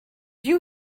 you